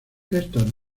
estas